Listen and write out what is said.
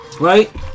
right